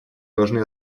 должны